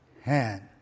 hand